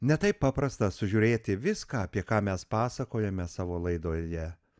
ne taip paprasta sužiūrėti viską apie ką mes pasakojame savo laidoje